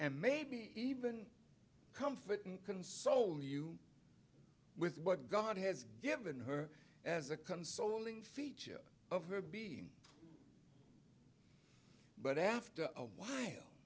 and maybe even comfort and console you with what god has given her as a consoling feature of her being but after a while